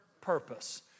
purpose